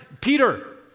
Peter